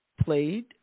played